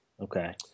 Okay